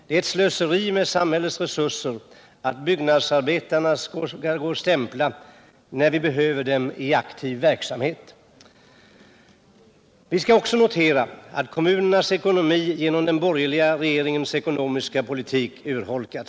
Det är ett slöseri med samhällets resurser att byggnadsarbetarna skall gå och stämpla, när vi behöver dem i aktiv verksamhet. Vi skall också notera att kommunernas ekonomi urholkats till följd av den borgerliga regeringens ekonomiska politik.